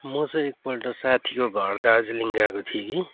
म चाहिँ एकपल्ट साथीको घर दार्जिलिङ गएको थिएँ कि